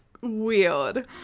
weird